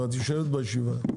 ואת יושבת בישיבה.